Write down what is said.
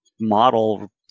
model